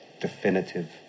definitive